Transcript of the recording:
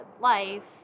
life